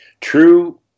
True